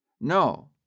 No